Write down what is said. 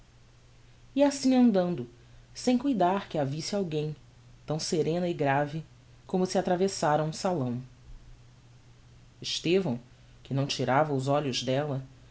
ia assim andando sem cuidar que a visse alguem tão serena e grave como se atravesára um salão estevão que não tirava os olhos della